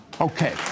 Okay